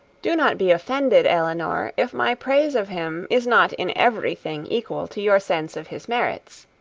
do not be offended, elinor, if my praise of him is not in every thing equal to your sense of his merits.